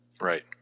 Right